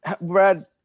Brad